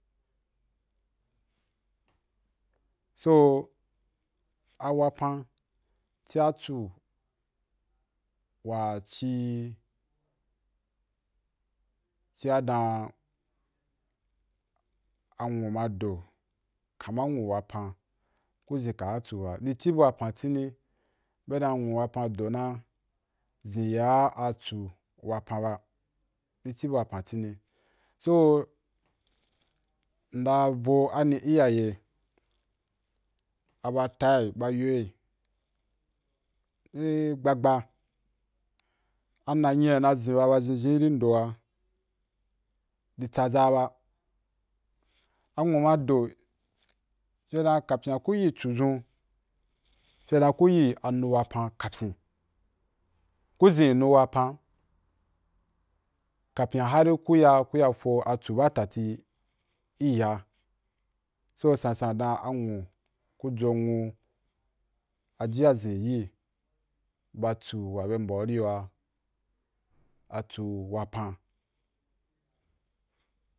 So a wapan ci a tsu wa ci, ci a dan anwu ma do, kaman nwu wapan ku zin ka tsu ba, di ci bua pan tsini be dan nwu wapan do na zin yi a atsu wapan ba i ci bua pan tsini so nda vo ani iyaye a ba tah’i ba yo’ai i gbagba a nanyi wa a na zin ba bazhin zhin ri ndo’a ndi tsaza ba anwu ma do fya dan kapin ‘a ku yi tsu zun fya dan ku yi anu wapan kapin, ku zin’i nu wapan kapin a har ri ku ya ku ya fo atsu ba fati iya’a so sansan dan anwu ku jonwu ajiya zinyiyi ba tsu wa be mbau ri yo a, atsu wapan